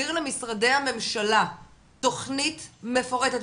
להעביר למשרדי הממשלה תכנית מפורטת,